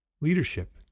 leadership